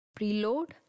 preload